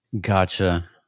Gotcha